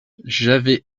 j’avais